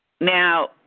Now